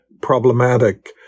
problematic